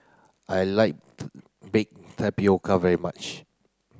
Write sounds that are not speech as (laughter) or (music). I like (unintelligible) bake tapioca very much